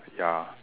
ya